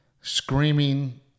screaming